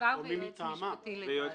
גזבר ויועץ משפטי לדעתי.